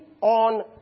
on